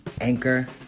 Anchor